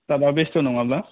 सारआ बेस्त' नङाबा